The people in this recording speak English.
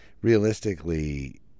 Realistically